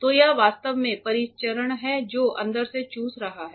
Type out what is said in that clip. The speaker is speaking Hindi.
तो यह वास्तव में परिसंचरण है जो अंदर से चूस रहा है